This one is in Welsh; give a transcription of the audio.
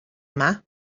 yma